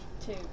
Two